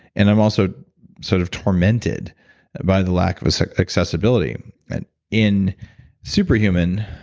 and i'm also sort of tormented by the lack of so accessibility in superhuman,